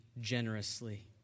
generously